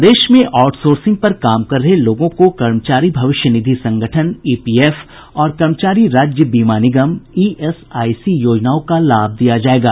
प्रदेश में आउटसोर्सिंग पर काम कर रहे लोगों को कर्मचारी भविष्य निधि संगठन ईपीएफ और कर्मचारी राज्य बीमा निगम ईएसआईसी योजनाओं का लाभ दिया जायेगा